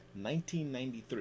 1993